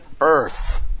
Earth